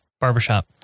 Barbershop